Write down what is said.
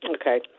Okay